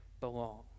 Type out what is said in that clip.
belong